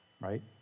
right